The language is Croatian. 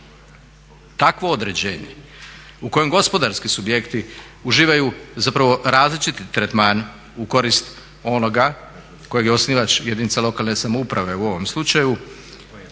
Takvo određenje u kojem gospodarski subjekti uživaju zapravo različiti tretman u korist onoga kojeg je osnivač jedinica lokalne samouprave u ovom slučaju